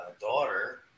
daughter